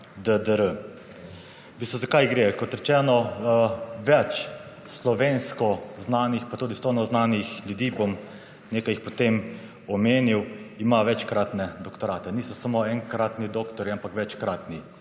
V bistvu za kaj gre. Kot rečeno, več slovensko znanih pa tudi /nerazumljivo/ znanih ljudi bom nekaj jih potem omenil, ima večkratne doktorate. Niso samo enkratni doktorji, ampak večkratni.